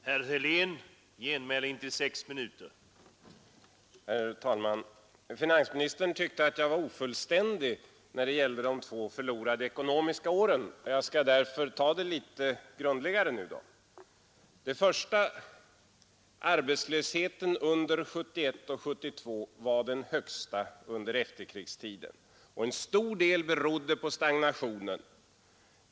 Herr talman! Finansministern tyckte att jag uttryckte mig ofullständigt när det gällde de två förlorade åren, och jag skall därför nu ta det litet grundligare. För det första: Arbetslösheten under 1971 och 1972 var den högsta under efterkrigstiden. En stor del berodde på stagnationen.